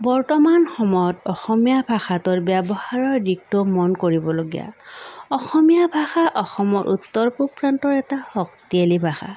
বৰ্ত্তমান সময়ত অসমীয়া ভাষাটোৰ ব্যৱহাৰৰ দিশটোও মন কৰিবলগীয়া